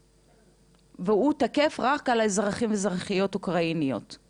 והוא תקף רק על האזרחים והאזרחיות האוקראיניות והאוקראינים?